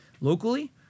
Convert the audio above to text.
locally